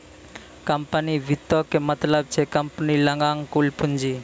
company वित्तो के मतलब छै कम्पनी लगां कुल पूंजी